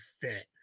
fit